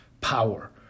power